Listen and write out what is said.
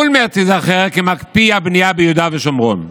אולמרט ייזכר כמקפיא הבנייה ביהודה ושומרון.